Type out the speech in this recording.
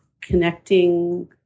connecting